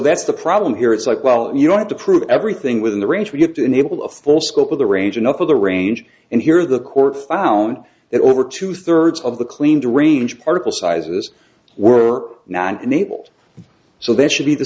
that's the problem here it's like well you don't have to prove everything within the range we have to enable a full scope of the range and up of the range and here the court found that over two thirds of the cleaned range particle sizes were not enabled so that should be the